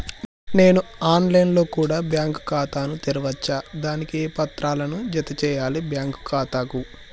నేను online లో కూడా బ్యాంకు ఖాతా ను తెరవ వచ్చా? దానికి ఏ పత్రాలను జత చేయాలి బ్యాంకు ఖాతాకు?